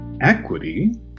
equity